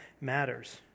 matters